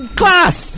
class